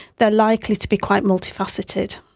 they are likely to be quite multifaceted.